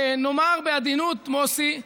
נאמר בעדינות, מוסי,